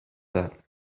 that